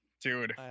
dude